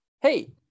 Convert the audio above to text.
Hey